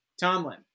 Tomlin